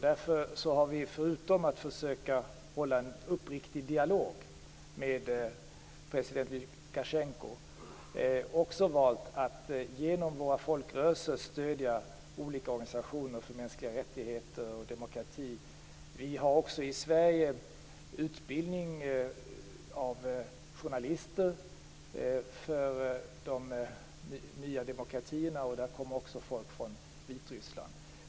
Därför har vi förutom att försöka ha en uppriktig dialog med president Lukasjenko också valt att genom våra folkrörelser stödja olika organisationer för mänskliga rättigheter och demokrati. Vi har också i Sverige utbildning av journalister för de nya demokratierna, och där deltar även människor från Vitryssland.